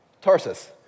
Tarsus